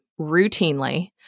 routinely